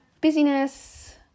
busyness